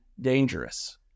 dangerous